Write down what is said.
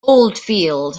oldfield